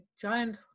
giant